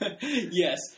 Yes